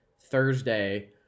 thursday